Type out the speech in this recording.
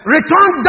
Return